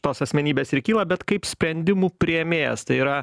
tos asmenybės ir kyla bet kaip sprendimų priėmėjas tai yra